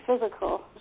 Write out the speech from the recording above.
physical